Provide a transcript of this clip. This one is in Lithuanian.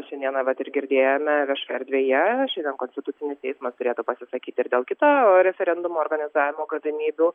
šiandieną vat ir girdėjome viešoje erdvėje šiandien konstitucinis teismas turėtų pasisakyti ir dėl kito referendumo organizavimo galimybių